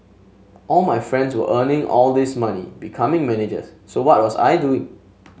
all my friends were earning all this money becoming managers so what was I doing